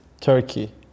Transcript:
Turkey